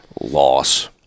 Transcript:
loss